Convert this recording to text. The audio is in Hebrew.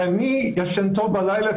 ואני ישן טוב בלילה,